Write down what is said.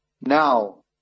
Now